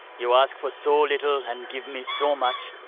you ask for so little and give me so much.